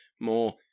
more